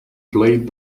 played